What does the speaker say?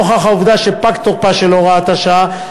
נוכח העובדה שפג תוקפה של הוראת השעה,